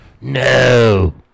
No